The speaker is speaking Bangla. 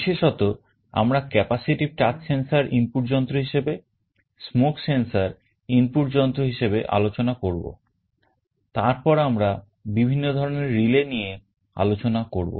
বিশেষত আমরা capacitive touch sensor ইনপুট যন্ত্র হিসেবে smoke sensor ইনপুট যন্ত্র হিসেবে আলোচনা করবো এবং তারপর আমরা বিভিন্ন ধরনের relay নিয়ে আলোচনা করব